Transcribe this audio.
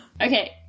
Okay